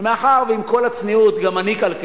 ומאחר שעם כל הצניעות, אני גם כלכלן,